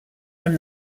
from